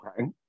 Okay